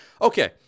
Okay